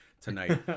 tonight